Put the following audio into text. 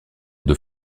deux